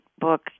book